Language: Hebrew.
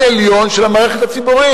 ונוער, התשס"ט 2009, נא להצביע, לא, נא להציג.